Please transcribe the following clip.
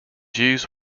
used